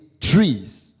trees